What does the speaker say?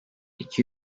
iki